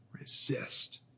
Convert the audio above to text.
resist